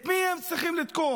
את מי הם צריכים לתקוף